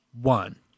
one